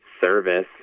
service